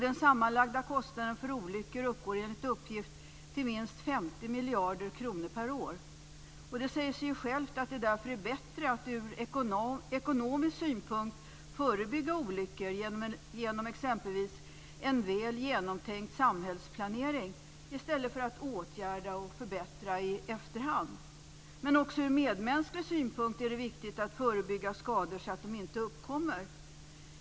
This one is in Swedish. Den sammanlagda kostnaden för olyckor uppgår enligt uppgift till minst 50 miljarder kronor per år. Det säger sig självt att det därför är bättre ur ekonomisk synpunkt att förebygga olyckor genom exempelvis en väl genomtänkt samhällsplanering i stället för att åtgärda och förbättra i efterhand. Men också ur medmänsklig synpunkt är det viktigt att förebygga skador så att de inte uppkommer.